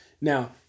Now